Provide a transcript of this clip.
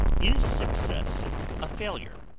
is success a failure?